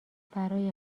برای